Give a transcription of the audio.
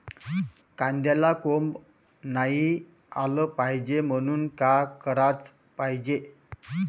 कांद्याला कोंब नाई आलं पायजे म्हनून का कराच पायजे?